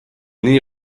nii